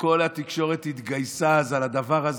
שכל התקשורת התגייסה אז על הדבר הזה,